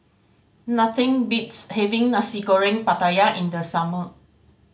nothing beats having Nasi Goreng Pattaya in the summer